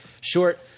short